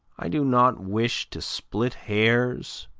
i do not wish to split hairs,